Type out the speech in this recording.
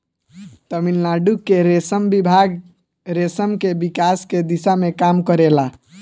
तमिलनाडु के रेशम विभाग रेशम के विकास के दिशा में काम करेला